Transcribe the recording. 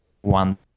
one